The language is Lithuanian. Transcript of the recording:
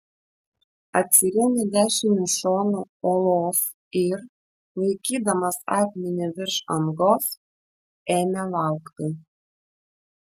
atsirėmė dešiniu šonu uolos ir laikydamas akmenį virš angos ėmė laukti